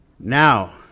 Now